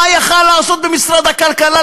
מה יכול היה לעשות במשרד הכלכלה,